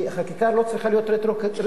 שחקיקה לא צריכה להיות רטרואקטיבית.